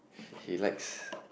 he likes